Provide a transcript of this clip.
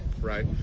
right